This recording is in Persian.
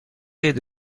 عید